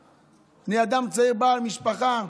אני אדם צעיר בעל משפחה,